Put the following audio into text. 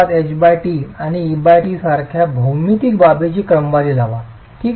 h t आणि e t सारख्या भौमितिक बाबींची क्रमवारी लावा ठीक आहे